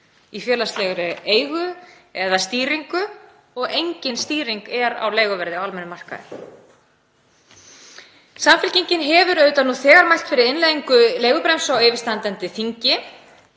í félagslegri eigu eða stýringu og engin stýring er á leiguverði á almennum markaði. Samfylkingin hefur nú þegar mælt fyrir innleiðingu leigubremsu á yfirstandandi þingi